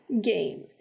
game